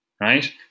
right